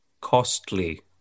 costly